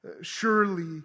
Surely